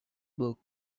book